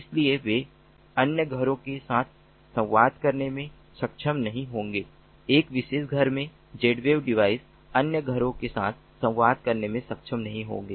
इसलिए वे अन्य घरों के साथ संवाद करने में सक्षम नहीं होंगे एक विशेष घर में Zwave डिवाइस अन्य घरों के साथ संवाद करने में सक्षम नहीं होंगे